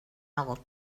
else